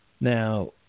Now